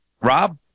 Rob